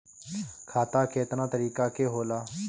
खाता केतना तरीका के होला?